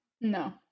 No